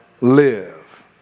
live